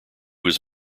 was